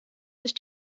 sich